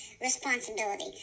responsibility